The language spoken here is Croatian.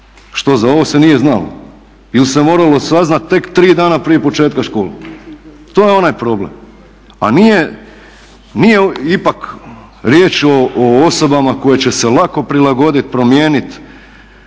što za ovo se nije znalo ili se moralo saznati tek 3 dana prije početka škole? To je onaj problem, a nije ipak riječ o osobama koje će se lako prilagoditi, promijeniti